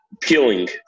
peeling